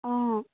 অঁ